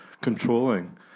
controlling